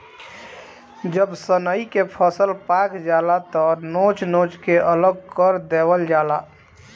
जब सनइ के फसल पाक जाला त नोच नोच के अलग कर देवल जाला